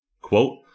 Quote